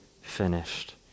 finished